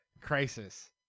crisis